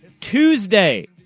Tuesday